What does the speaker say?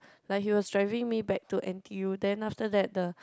like he was driving me back to N_T_U then after that the